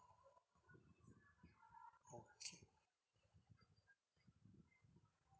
okay